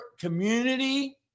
community